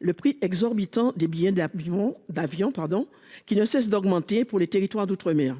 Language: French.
le prix exorbitant des billets d'avions d'avions pardon, qui ne cesse d'augmenter pour les territoires d'outre-mer